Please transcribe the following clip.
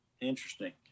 Interesting